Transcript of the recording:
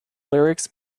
lyrics